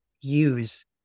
use